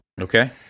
Okay